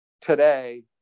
today